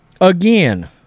Again